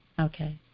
Okay